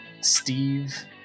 Steve